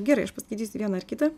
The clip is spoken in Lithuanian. gerai aš paskaitysiu vieną ar kitą